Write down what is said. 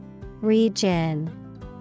Region